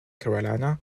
carolina